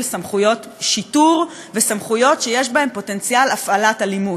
סמכויות שיטור וסמכויות שיש בהן פוטנציאל הפעלת אלימות.